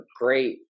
great –